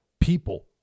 people